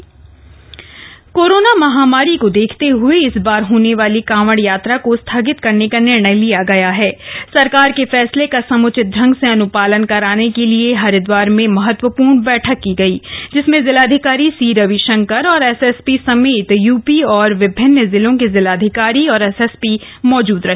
कांवड यात्रा स्थगित कोरोना महामारी को देखते हए इस बार होने वाली कांवड़ यात्रा को स्थगित करने का निर्णय लिया गया है सरकार के फैसले का समुचित ढंग से अनुपालन कराने के लिए हरिदवार में महत्वपूर्ण बैठक की गई जिसमें जिलाधिकारी सी रविशंकर औऱ एसएसपी समेत यूपी और विभिन्न जिलों के जिलाधिकारी और एसएसपी मौजूद रहे